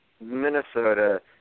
Minnesota